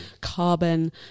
carbon